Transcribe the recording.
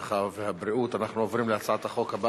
הרווחה והבריאות נתקבלה.